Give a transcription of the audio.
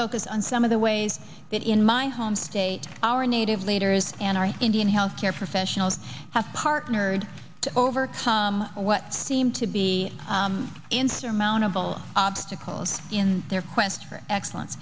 focus on some of the ways that in my home state our native later is an art indian health care professionals have partnered to overcome what seem to be insurmountable obstacles in their quest for excellence